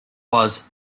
was